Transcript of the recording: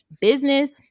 business